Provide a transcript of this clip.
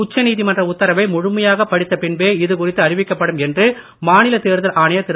உச்ச நீதிமன்ற உத்தரவை முழுமையாகப் படித்த பின்பே இதுகுறித்து அறிவிக்கப்படும் என்று மாநில தேர்தல் ஆணையர் திரு